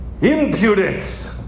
Impudence